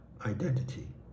identity